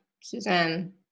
Suzanne